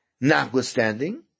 Notwithstanding